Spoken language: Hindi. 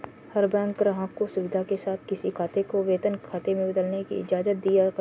हर बैंक ग्राहक को सुविधा के साथ किसी खाते को वेतन खाते में बदलने की इजाजत दिया करता है